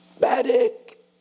medic